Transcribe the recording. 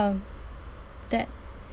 um that